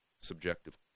subjective